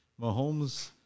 Mahomes